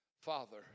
Father